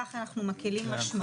בכך אנחנו מקלים משמעותית.